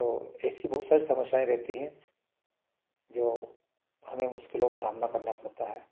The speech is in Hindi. और ऐसी बहुत सारी समस्याएँ रहती हैं जो हमें मुश्किलों का सामना करना पड़ता है